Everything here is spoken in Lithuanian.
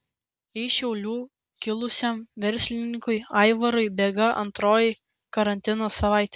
iš šiaulių kilusiam verslininkui aivarui bėga antroji karantino savaitė